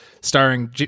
starring